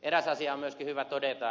eräs asia on myöskin hyvä todeta